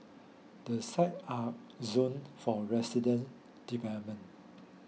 the site are zoned for resident development